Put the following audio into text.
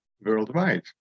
worldwide